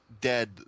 Dead